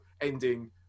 ending